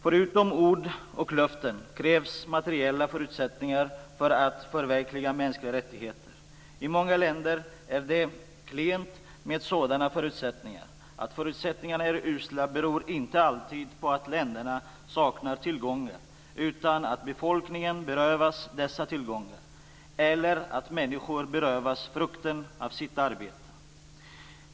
Förutom ord och löften krävs materiella förutsättningar för att förverkliga mänskliga rättigheter. I många länder är det klent med sådana förutsättningar. Att förutsättningarna är usla beror inte alltid på att länderna saknar tillgångar, utan ofta på att befolkningen berövas dessa tillgångar eller på att människor berövas frukten av sitt arbete.